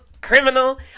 criminal